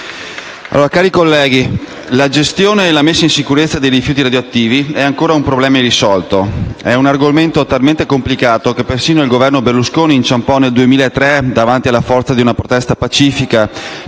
Nugnes)*. La gestione e la messa in sicurezza dei rifiuti radioattivi è ancora un problema irrisolto. È un argomento talmente complicato che perfino il Governo Berlusconi inciampò nel 2003 davanti alla forza di una protesta pacifica,